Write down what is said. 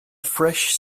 fresh